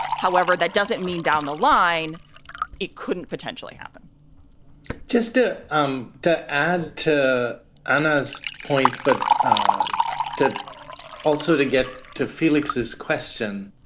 however, that doesn't mean down the line it couldn't potentially happen just to um to add to anna's point, but to also to get to felix's question.